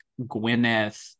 Gwyneth